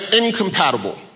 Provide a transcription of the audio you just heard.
incompatible